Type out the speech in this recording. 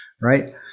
right